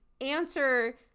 answer